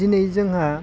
दिनै जोंहा